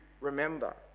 remember